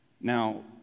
Now